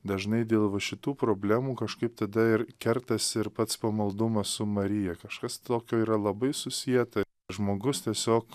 dažnai dėl va šitų problemų kažkaip tada ir kertasi ir pats pamaldumas su marija kažkas tokio yra labai susieta žmogus tiesiog